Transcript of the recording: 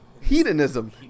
Hedonism